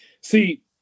See